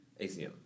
ACM